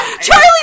Charlie